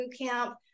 Bootcamp